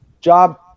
job